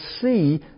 see